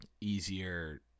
easier